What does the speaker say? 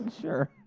sure